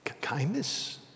kindness